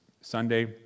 Sunday